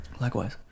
Likewise